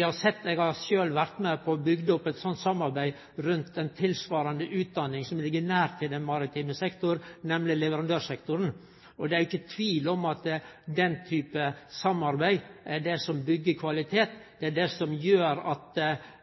har sjølv vore med og bygd opp eit slikt samarbeid rundt ei tilsvarande utdanning som ligg nær den maritime sektoren, nemleg leverandørsektoren, og det er ikkje tvil om at den typen samarbeid er det som byggjer kvalitet, det er det som gjer at